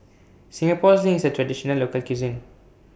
Singapore Sling IS A Traditional Local Cuisine